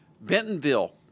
Bentonville